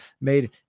made